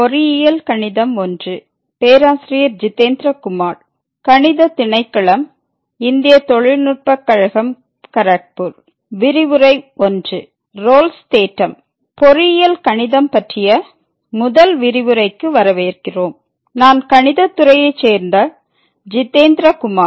பொறியியல் கணிதம் பற்றிய முதல் விரிவுரைக்கு வரவேற்கிறோம் நான் கணிதத் துறையைச் சேர்ந்த ஜிதேந்திர குமார்